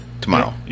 tomorrow